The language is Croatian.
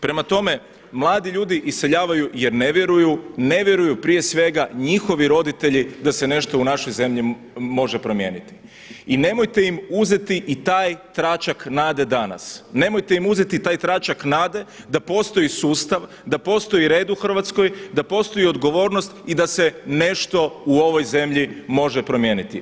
Prema tome, mladi ljudi iseljavaju jer ne vjeruju, ne vjeruju prije svega njihovi roditelji da se nešto u našoj zemlji može promijeniti i nemojte im uzeti i taj tračak nade danas, nemojte im uzeti taj tračak nade da postoji sustav, da postoji red u Hrvatskoj, da postoji odgovornost i da se nešto u ovoj zemlji može promijeniti.